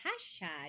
hashtag